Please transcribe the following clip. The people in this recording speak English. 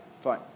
Fine